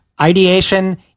ideation